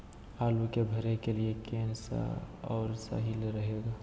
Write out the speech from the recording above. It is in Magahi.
आलू के भरे के लिए केन सा और सही रहेगा?